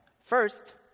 First